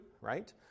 right